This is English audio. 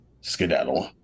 skedaddle